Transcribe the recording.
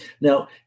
Now